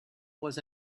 was